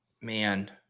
Man